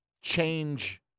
change –